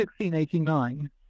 1689